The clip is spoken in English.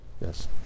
Yes